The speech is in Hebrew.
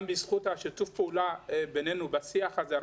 בזכות שתוף הפעולה בינינו בשיח הזה,